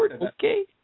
Okay